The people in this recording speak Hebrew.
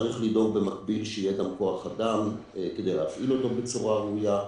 צריך לדאוג שיהיה כוח אדם כדי להפעיל אותו בצורה ראויה,